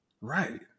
right